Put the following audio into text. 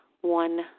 one